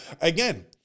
again